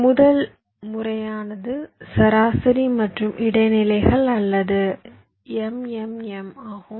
எனவே முதல் முறையானது சராசரி மற்றும் இடைநிலைகள் அல்லது MMM ஆகும்